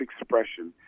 expression